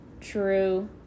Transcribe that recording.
true